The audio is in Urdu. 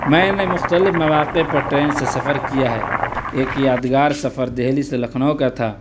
میں نے مختلف مواقع پر ٹرین سے سفر کیا ہے ایک یادگار سفر دہلی سے لکھنؤ کا تھا